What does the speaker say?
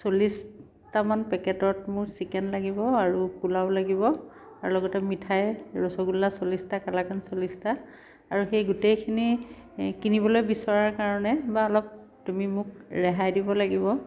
চল্লিছটামান পেকেটত মোৰ চিকেন লাগিব আৰু পোলাও লাগিব আৰু লগতে মিঠাই ৰসগোল্লা চল্লিছটা কালাকান চল্লিছটা আৰু সেই গোটেইখিনি কিনিবলৈ বিচৰাৰ কাৰণে বা অলপ তুমি মোক ৰেহাই দিব লাগিব